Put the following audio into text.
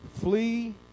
Flee